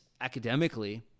academically